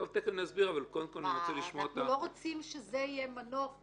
אנחנו לא רוצים שזה יהיה מנוף.